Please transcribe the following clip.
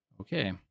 Okay